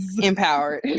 empowered